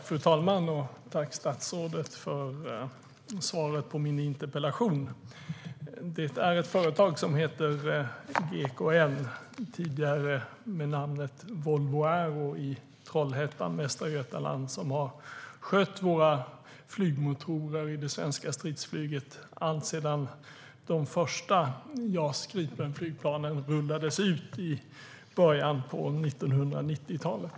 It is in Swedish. Fru talman! Jag tackar statsrådet för svaret på min interpellation. Det är ett företag som heter GKN, tidigare med namnet Volvo Aero, i Trollhättan i Västra Götaland som har skött våra flygmotorer i det svenska stridsflyget alltsedan de första JAS Gripen-flygplanen rullades ut i början av 1990-talet.